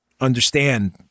understand